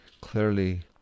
clearly